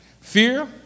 Fear